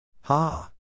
Ha